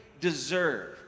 deserve